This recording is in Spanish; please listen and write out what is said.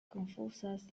confusas